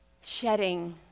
Shedding